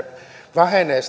vähenee